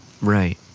Right